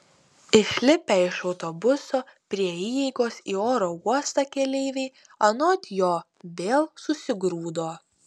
išlipę iš autobuso prie įeigos į oro uostą keleiviai anot jo vėl susigrūdo